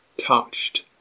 touched